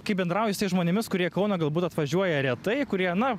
kai bendrauji su tais žmonėmis kurie į kauną galbūt atvažiuoja retai kurie na